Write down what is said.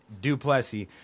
DuPlessis